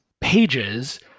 Pages